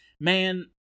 man